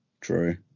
true